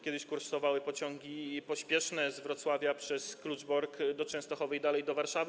Kiedyś kursowały pociągi pospieszne z Wrocławia przez Kluczbork do Częstochowy i dalej do Warszawy.